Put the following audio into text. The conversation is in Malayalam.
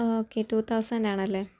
ആ ഓക്കേ ടു തൗസൻറ്റ് ആണല്ലേ